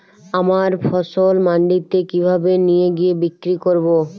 আমার ফসল মান্ডিতে কিভাবে নিয়ে গিয়ে বিক্রি করব?